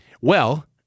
Well-